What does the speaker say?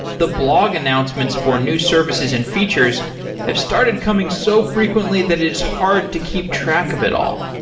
the blog announcements for new services and features have started coming so frequently that is hard to keep track of it all.